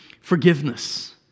forgiveness